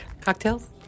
Cocktails